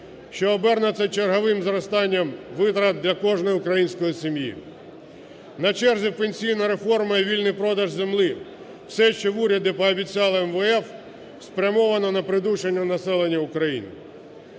що обернеться черговим зростанням витрат для кожної української сім'ї. На черзі пенсійна форма і вільний продаж землі. Все, що в уряді пообіцяли МВФ, спрямоване на придушення населення України.